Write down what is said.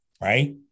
right